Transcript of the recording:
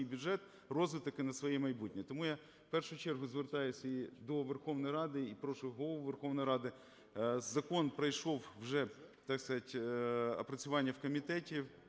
бюджет, розвиток і на своє майбутнє. Тому я в першу чергу звертаюся і до Верховної Ради, і прошу Голову Верховної Ради. Закон пройшов вже, так би мовити, опрацювання в комітеті,